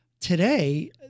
Today